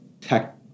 tech